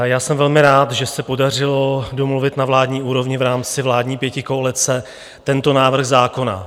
Já jsem velmi rád, že se podařilo domluvit na vládní úrovni v rámci vládní pětikoalice tento návrh zákona.